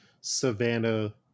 savannah